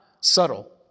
subtle